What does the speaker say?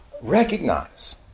recognize